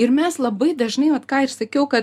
ir mes labai dažnai vat ką ir sakiau kad